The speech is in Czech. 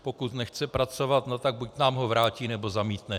Pokud nechce pracovat, tak buď nám ho vrátí, nebo zamítne.